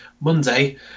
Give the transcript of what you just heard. Monday